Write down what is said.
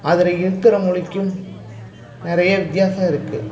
அதில் இருக்கிற மொழிக்கும் நிறைய வித்தியாசம் இருக்குது